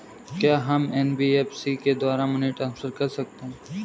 क्या हम एन.बी.एफ.सी के द्वारा मनी ट्रांसफर कर सकते हैं?